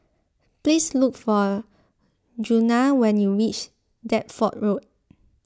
please look for Djuna when you reach Deptford Road